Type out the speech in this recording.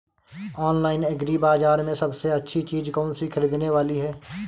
Online agri बाजार में सबसे अच्छी चीज कौन सी ख़रीदने वाली है?